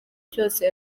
cyose